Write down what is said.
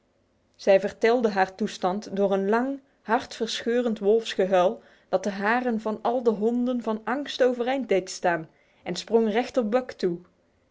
zij vertelde haar toestand door een lang hartverscheurend wolfsgehuil dat de haren van al de honden van angst overeind deed staan en sprong recht op buck toe